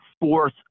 Fourth